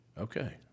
Okay